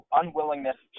unwillingness